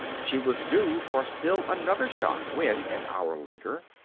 she was due for still another shock when, an hour later,